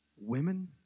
Women